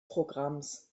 programms